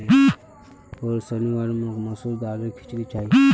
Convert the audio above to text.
होर शनिवार मोक मसूर दालेर खिचड़ी चाहिए